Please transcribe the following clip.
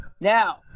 Now